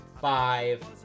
five